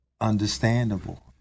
Understandable